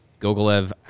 Gogolev